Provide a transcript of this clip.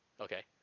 Okay